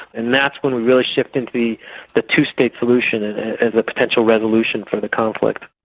and that's one we really shift into the the two-state solution as a potential resolution for the conflict.